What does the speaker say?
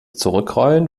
zurückrollen